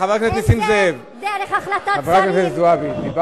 לכי גם לצד הטורקי, שם את מתאימה.